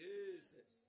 Jesus